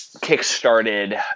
kick-started